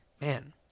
Man